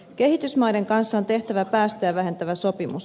kehitysmaiden kanssa on tehtävä päästöjä vähentävä sopimus